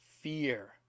fear